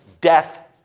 death